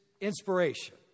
inspiration